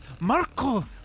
Marco